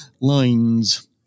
lines